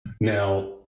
Now